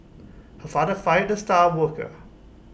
her father fired the star worker